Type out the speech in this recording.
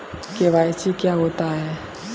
KYC क्या होता है?